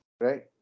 Right